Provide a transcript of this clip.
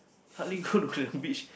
hardly go to the beach